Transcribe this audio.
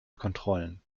kontrollen